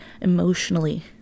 emotionally